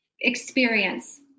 experience